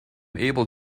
able